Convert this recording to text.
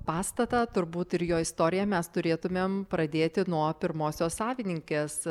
pastatą turbūt ir jo istoriją mes turėtumėm pradėti nuo pirmosios savininkės